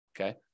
okay